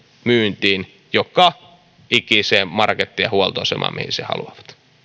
myyntiin joka ikiseen markettiin ja huoltoasemaan mihin sen haluavat